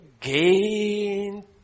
Gain